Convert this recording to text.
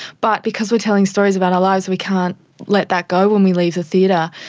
but because we are telling stories about our lives we can't let that go when we leave the theatre,